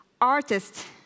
artists